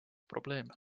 probleem